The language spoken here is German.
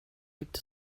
gibt